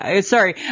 Sorry